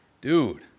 Dude